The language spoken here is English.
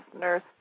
nurse